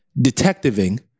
detectiving